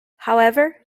however